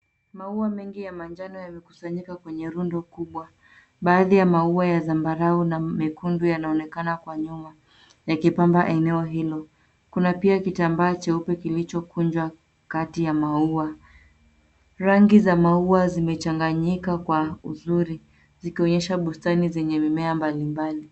Maua mengi ya manjano yamekusanyika kwenye rundo kubwa. Baadhi ya maua ya zambarau na mekundu yanaonekana kwa nyuma yakipamba eneo hilo. Kuna pia kitambaa cheupe kilichokunjwa kati ya maua. Rangi za maua zimechanganyika kwa uzuri zikionyesha bustani zenye mimea mbalimbali.